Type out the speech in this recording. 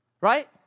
right